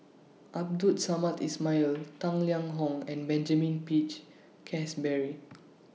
Abdul Samad Ismail Tang Liang Hong and Benjamin Peach Keasberry